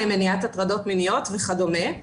מניעת הטרדות מיניות וכדומה.